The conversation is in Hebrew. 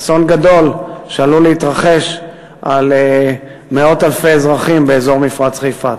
אסון גדול שעלול להתרחש על מאות אלפי אזרחים באזור מפרץ חיפה.